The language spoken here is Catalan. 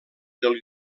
del